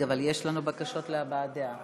אבל יש לנו בקשות להבעת דעה.